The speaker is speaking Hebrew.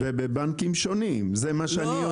בבנקים שונים, זה מה שאני יודע.